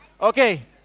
okay